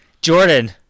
Jordan